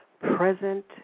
present